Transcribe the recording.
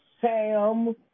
Sam